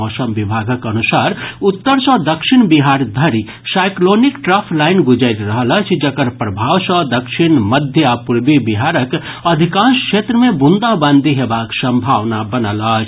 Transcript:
मौसम विभागक अनुसार उत्तर सँ दक्षिण बिहार धरि साइक्लॉनिक ट्रफ लाईन गुजरि रहल अछि जकर प्रभाव सँ दक्षिण मध्य आ पूर्वी बिहारक अधिकांश क्षेत्र मे बूंदाबांदी हेबाक सम्भावना बनल अछि